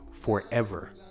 forever